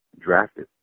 drafted